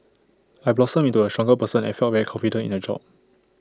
I blossomed into A stronger person and felt very confident in the job